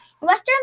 Western